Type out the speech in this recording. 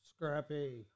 Scrappy